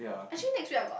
actually next week I got